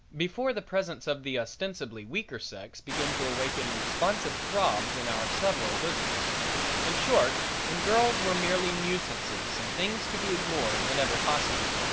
before the presence of the ostensibly weaker sex began to awaken responsive throbs in our several bosoms in short when girls were merely nuisances and things to be ignored whenever possible.